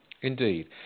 Indeed